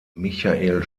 michael